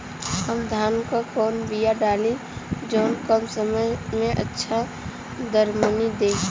हम धान क कवन बिया डाली जवन कम समय में अच्छा दरमनी दे?